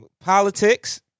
politics